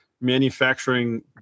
manufacturing